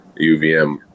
UVM